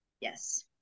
yes